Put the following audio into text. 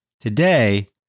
Today